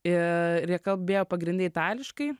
ir jie kalbėjo pagrinde itališkai